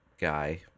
guy